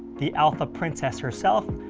the alpha princess herself,